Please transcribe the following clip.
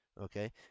Okay